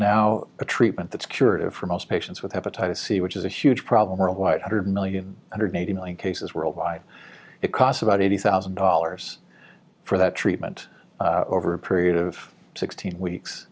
now a treatment that's curative for most patients with hepatitis c which is a huge problem worldwide hundred million hundred eighty million cases worldwide it cost about eighty thousand dollars for that treatment over a period of sixteen weeks